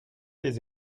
les